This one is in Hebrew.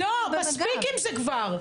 לא, מספיק עם זה כבר.